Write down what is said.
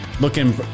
looking